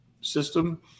system